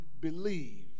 believe